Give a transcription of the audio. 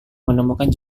menemukan